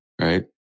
Right